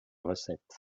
recette